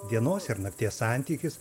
dienos ir nakties santykis